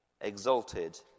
exalted